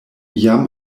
jam